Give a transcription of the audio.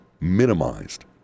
minimized